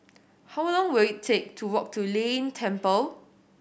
how long will it take to walk to Lei Yin Temple